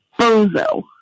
Bozo